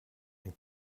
ein